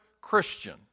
Christian